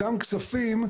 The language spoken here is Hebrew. אותם כספים,